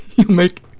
you'll make